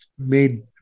made